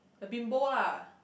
a bimbo lah